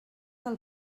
del